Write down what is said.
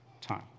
time